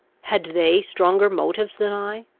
had they stronger motives than i?